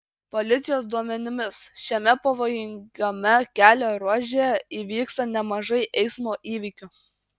policijos duomenimis šiame pavojingame kelio ruože įvyksta nemažai eismo įvykių